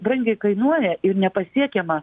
brangiai kainuoja ir nepasiekiama